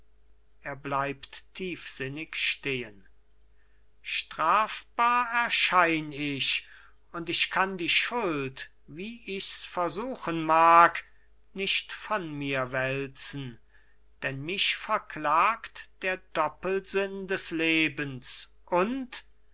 er bleibt tiefsinnig stehen strafbar erschein ich und ich kann die schuld wie ichs versuchen mag nicht von mir wälzen denn mich verklagt der doppelsinn des lebens und